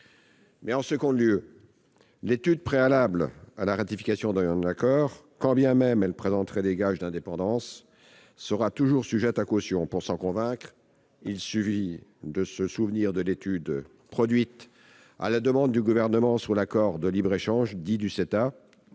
En second lieu, l'étude préalable à la ratification d'un accord, quand bien même elle présenterait des gages d'indépendance, sera toujours sujette à caution. Pour s'en convaincre, il suffit de se souvenir de l'étude élaborée à la demande du Gouvernement sur l'accord de libre-échange avec le